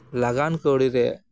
ᱞᱟᱜᱟᱱ ᱠᱟᱹᱨᱤ ᱨᱮ